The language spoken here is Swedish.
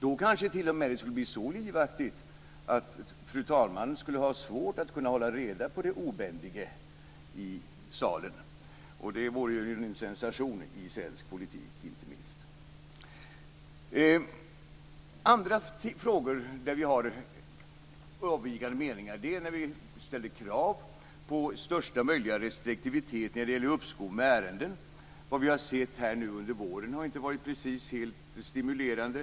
Då kanske det t.o.m. skulle bli så livaktigt att fru talman skulle ha svårt att kunna hålla reda på de obändige i salen. Och inte minst det vore ju en sensation i svensk politik! Andra frågor där vi har avvikande meningar är när vi ställer krav på största möjliga restriktivitet när det gäller uppskov med ärenden. Vad vi har sett här nu under våren har ju inte varit precis helt stimulerande.